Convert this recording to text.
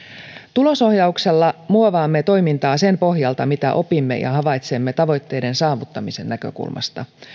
tulosohjauksella muovaamme toimintaa sen pohjalta mitä opimme ja havaitsemme tavoitteiden saavuttamisen näkökulmasta